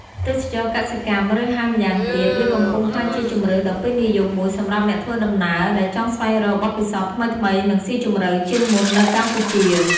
ទេសចរណ៍កសិកម្ម ឬហៅម្យ៉ាងទៀត វាកំពុងក្លាយជាជម្រើសដ៏ពេញនិយមមួយសម្រាប់អ្នកធ្វើដំណើរដែលចង់ស្វែងរកបទពិសោធន៍ថ្មីៗនិងស៊ីជម្រៅជាងមុននៅកម្ពុជា។